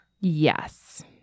yes